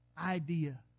idea